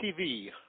TV